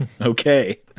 Okay